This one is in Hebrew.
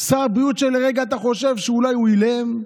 שר בריאות שלרגע אתה חושב שאולי הוא אילם,